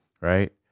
right